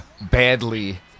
badly